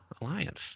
alliance